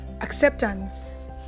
Acceptance